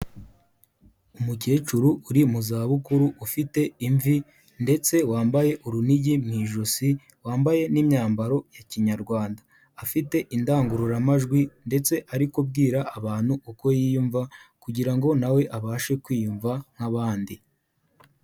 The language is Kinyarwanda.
Umukecuru uri mu za bukuru ufite imvi ndetse wambaye urunigi mu ijosi, wambaye n'imyambaro ya kinyarwanda, afite indangururamajwi ndetse ari kubwira abantu uko yiyumva kugira ngo nawe abashe kwiyumva nk'abandi.